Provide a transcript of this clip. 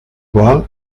val